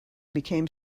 became